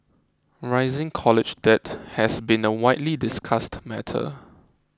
rising college debt has been a widely discussed matter